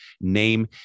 name